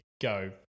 go